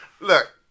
Look